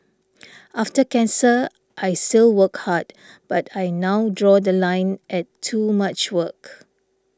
after cancer I still work hard but I now draw The Line at too much work